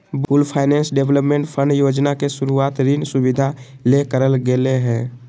pooled finance development fund योजना के शुरूवात ऋण सुविधा ले करल गेलय हें